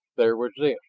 there was this.